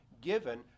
given